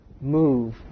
move